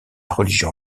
religion